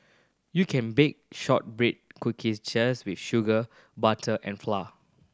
you can bake shortbread cookies just with sugar butter and flour